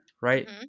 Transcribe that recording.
right